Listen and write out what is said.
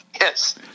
yes